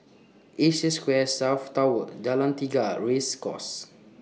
Asia Square South Tower Jalan Tiga Race Course